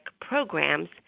programs